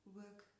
work